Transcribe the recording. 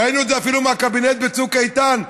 ראינו את זה אפילו מהקבינט בצוק איתן,